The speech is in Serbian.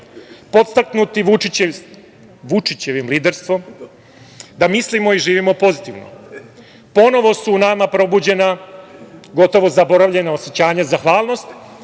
podstaknuti Vučićevim liderstvom da mislimo i živimo pozivitno. Ponovo su u nama probuđena gotovo zaboravljena osećanja zahvalnosti